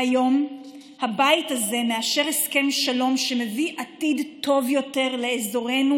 והיום הבית הזה מאשר הסכם שלום שמביא עתיד טוב יותר לאזורנו.